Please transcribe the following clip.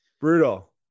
brutal